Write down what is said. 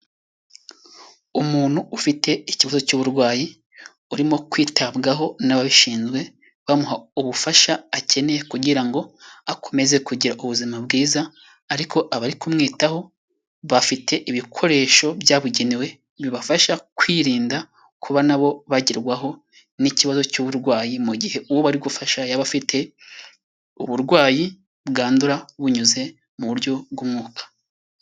Umuntu ufite ikibazo cy'uburwayi urimo kwitabwaho n'ababishinzwe, bamuha ubufasha akeneye kugira ngo akomeze kugira ubuzima bwiza ariko abari kumwitaho bafite ibikoresho byabugenewe bibafasha kwirinda kuba na bo bagerwaho n'ikibazo cy'uburwayi mu gihe uwo bari gufasha yaba afite uburwayi bwandura bunyuze mu buryo bw'umwuka.